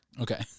Okay